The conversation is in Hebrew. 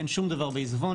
אין שום דבר בעיזבון,